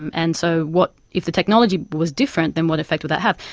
um and so what, if the technology was different, then what effect would that have?